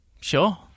Sure